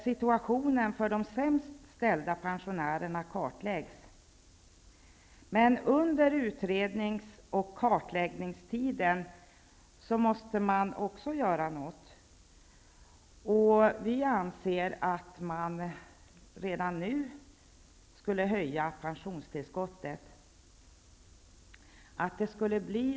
Situationen för de sämst ställda pensionärerna kartläggs. Under utrednings och kartläggningstiden måste man också agera. Vi i Vänsterpartiet anser att man redan nu bör höja pensionstillskottet.